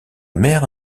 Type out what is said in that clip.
mère